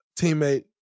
teammate